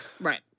Right